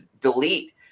delete